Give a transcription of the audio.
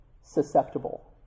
susceptible